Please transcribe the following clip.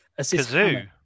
Kazoo